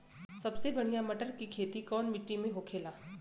सबसे बढ़ियां मटर की खेती कवन मिट्टी में होखेला?